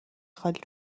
خالی